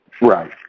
Right